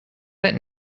that